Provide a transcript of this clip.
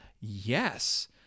yes